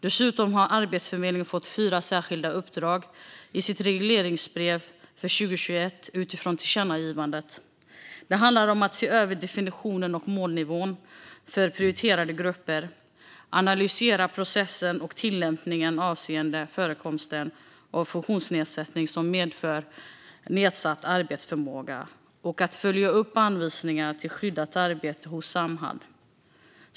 Dessutom har Arbetsförmedlingen fått fyra särskilda uppdrag i sitt regleringsbrev för 2021 utifrån tillkännagivandet. Det handlar om att se över definitionen och målnivån för prioriterade grupper, att analysera processen och tillämpningen avseende förekomsten av funktionsnedsättning som medför nedsatt arbetsförmåga och att följa upp anvisningarna till skyddat arbete hos Samhall.